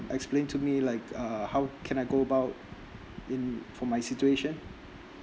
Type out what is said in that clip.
explain to me like err how can I go about in for my situation